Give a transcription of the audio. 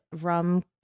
rum